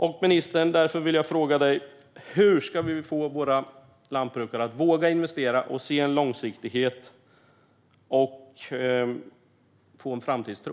Jag vill därför fråga ministern: Hur ska vi få våra lantbrukare att våga investera så att de kan se en långsiktighet och få en framtidstro?